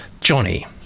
Johnny